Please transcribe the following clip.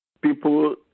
people